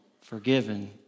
forgiven